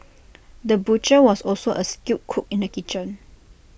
the butcher was also A skilled cook in the kitchen